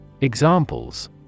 Examples